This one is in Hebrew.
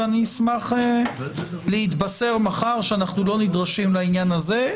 ואני אשמח להתבשר מחר שאנחנו לא נדרשים לעניין הזה.